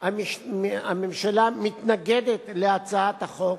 הממשלה מתנגדת להצעת החוק